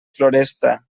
floresta